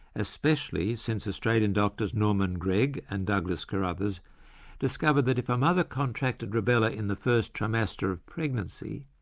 especially since australian doctors norman gregg and douglas carruthers discovered that if a mother contracted rubella in the first trimester of pregnancy,